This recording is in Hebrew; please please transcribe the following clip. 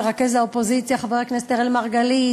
מרכז האופוזיציה חבר הכנסת אראל מרגלית,